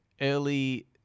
early